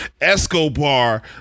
Escobar